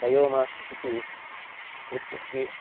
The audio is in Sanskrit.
बयो मास्क् इति कृते किं